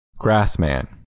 Grassman